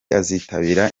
azitabira